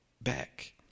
back